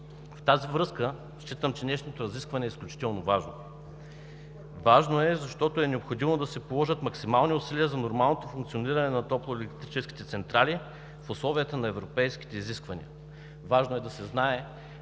В тази връзка считам, че днешното разискване е изключително важно. Важно е, защото е необходимо да се положат максимални усилия за нормалното функциониране на топлоелектрическите централи в условията на европейските изисквания. Важно е да се знае,